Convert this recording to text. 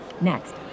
Next